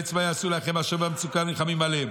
להיוועץ מה יעשו לאחיהם לאשר במצוקה ולנלחמים עליהם.